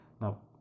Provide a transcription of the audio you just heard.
Now